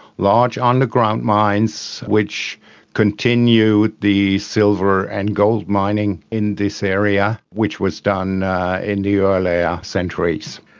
large underground mines which continued the silver and gold mining in this area which was done in the earlier centuries.